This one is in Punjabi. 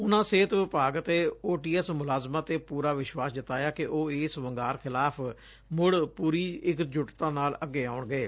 ਉਨ੍ਨਾਂ ਸਿਹਤ ਵਿਭਾਗ ਅਤੇ ਓਟੀਐਸ ਮੁਲਾਜ਼ਮਾਂ ਤੇ ਪੁਰਾ ਵਿਸ਼ਵਾਸ ਜਤਾਇਆ ਕਿ ਉਹ ਇਸ ਵੰਗਾਰ ਖਿਲਾਫ ਮੁੜ ਪੁਰੀ ਇਕਜੁੱਟਤਾ ਨਾਲ ਅੱਗੇ ਆਉਣਗੇ